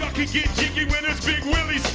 could get jiggy with it big willie